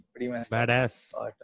badass